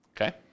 Okay